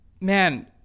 man